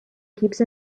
keeps